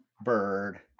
Bird